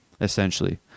essentially